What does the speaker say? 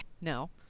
No